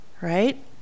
right